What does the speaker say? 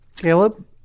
Caleb